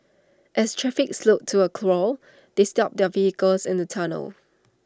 as traffic slowed to A crawl they stopped their vehicle in the tunnel